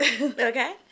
Okay